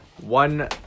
one